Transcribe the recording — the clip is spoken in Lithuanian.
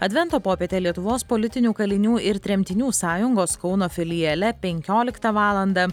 advento popietė lietuvos politinių kalinių ir tremtinių sąjungos kauno filiale penkioliktą valandą